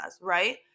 right